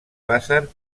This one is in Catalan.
basen